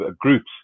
groups